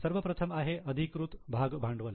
सर्वप्रथम आहे अधिकृत भाग भांडवल